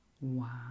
Wow